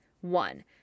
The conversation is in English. One